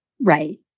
Right